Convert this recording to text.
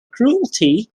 cruelty